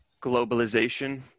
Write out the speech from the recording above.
globalization